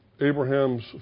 Abraham's